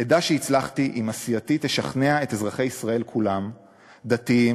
אדע שהצלחתי אם עשייתי תשכנע את אזרחי ישראל כולם דתיים,